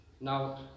now